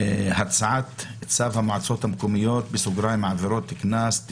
הצעת צו הסדרת הטיפול בחופי הכינרת (עבירות קנס),